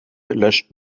löscht